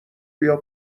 بیا